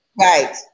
Right